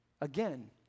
Again